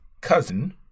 cousin